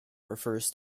refers